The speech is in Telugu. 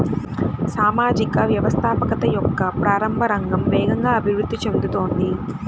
సామాజిక వ్యవస్థాపకత యొక్క ప్రారంభ రంగం వేగంగా అభివృద్ధి చెందుతోంది